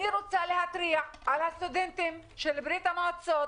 אני רוצה להתריע על הסטודנטים בברית המועצות